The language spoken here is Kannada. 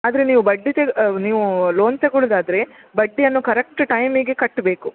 ಆದರೆ ನೀವು ಬಡ್ಡಿದು ತಗೋ ನೀವೂ ಲೋನ್ ತೆಗೊಳೋದಾದರೆ ಬಡ್ಡಿಯನ್ನು ಕರೆಕ್ಟ್ ಟೈಮಿಗೆ ಕಟ್ಟಬೇಕು